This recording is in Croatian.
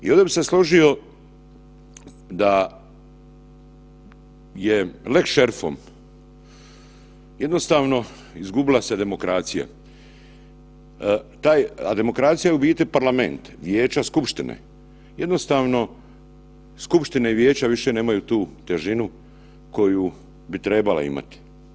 I ovdje bih se složio da je lex šerifom jednostavno izgubila se demokracija, a demokracija je u biti parlament, vijeća skupštine jednostavno skupštine i vijeća više nemaju tu težinu koju bi trebala imati.